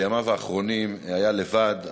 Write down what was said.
בימיו האחרונים הוא היה לבד,